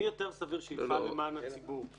מי יותר סביר שיפעל למען הציבור,